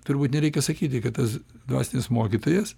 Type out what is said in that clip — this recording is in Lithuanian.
turbūt nereikia sakyti kad tas dvasinis mokytojas